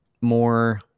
more